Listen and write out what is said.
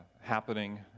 happening